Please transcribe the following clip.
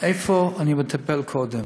זה איפה אני מטפל קודם: